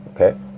Okay